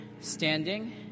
standing